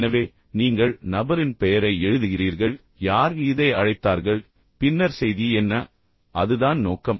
எனவே நீங்கள் நபரின் பெயரை எழுதுகிறீர்கள் யார் இதை அழைத்தார்கள் பின்னர் செய்தி என்ன அதுதான் நோக்கம்